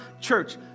church